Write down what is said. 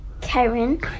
Karen